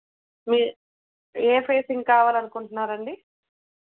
మీరు ఏ ఫేసింగ్ కావాలనుకుంట్నారండి